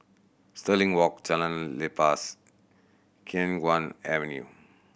Stirling Walk Jalan Lepas Khiang Guan Avenue